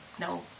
no